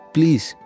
Please